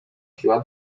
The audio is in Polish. siła